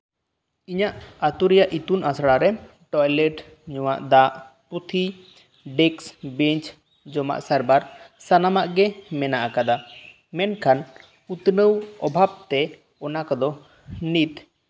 ᱤᱧᱟᱜ ᱟᱹᱛᱩ ᱨᱮᱭᱟᱜ ᱤᱛᱩᱱ ᱟᱥᱲᱟ ᱨᱮ ᱴᱚᱭᱞᱮᱴ ᱩᱣᱟᱜ ᱫᱟᱜ ᱯᱩᱸᱛᱷᱤ ᱰᱮᱠᱥ ᱵᱮᱧᱪ ᱡᱚᱢᱟᱜ ᱥᱟᱨᱵᱷᱟᱨ ᱥᱟᱱᱟᱢᱟᱜ ᱜᱮ ᱢᱮᱱᱟᱜ ᱟᱠᱟᱫᱟ ᱢᱮᱱᱠᱷᱟᱱ ᱩᱛᱱᱟᱹᱣ ᱚᱵᱷᱟᱵ ᱛᱮ ᱚᱱᱟ ᱠᱚᱫᱚ ᱱᱤᱛ